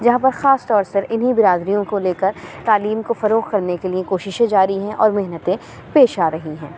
جہاں پر خاص طور سے انہیں برادریوں کو لے کر تعلیم کو فروغ کرنے کے لیے کوششیں جاری ہیں اور محنتیں پیش آ رہی ہیں